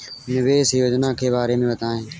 निवेश योजना के बारे में बताएँ?